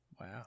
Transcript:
Wow